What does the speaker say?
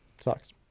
Sucks